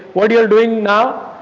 what you are doing now?